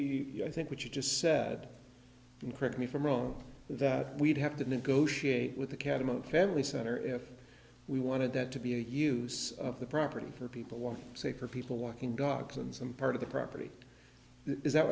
or i think what you just said and correct me from wrong that we'd have to negotiate with the catamount family center if we wanted that to be a use of the property for people one say for people walking dogs and some part of the property is that